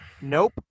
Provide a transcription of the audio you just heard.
nope